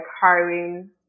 hiring